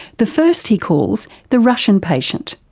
the first he calls the russian patient.